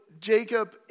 Jacob